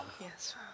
Yes